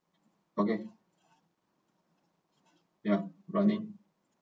okay ya running